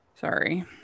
sorry